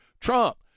Trump